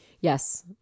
Yes